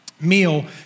meal